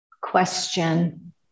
question